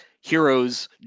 heroes